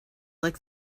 lick